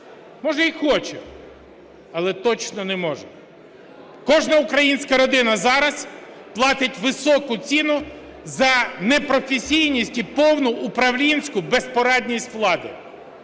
Може, й хоче, але точно не може. Кожна українська родина зараз платить високу ціну за непрофесійність і повну управлінську безпорадність влади,